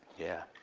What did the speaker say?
yeah.